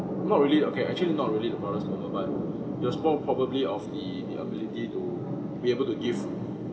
not really okay actually not really the proudest moment but just more probably of the the ability to be able to give